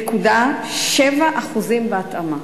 ו-4.7% בהתאמה.